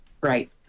right